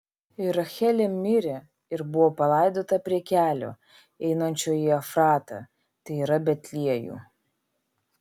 ir rachelė mirė ir buvo palaidota prie kelio einančio į efratą tai yra betliejų